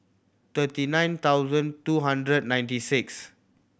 thirty nine thousand two hundred ninety six